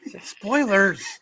Spoilers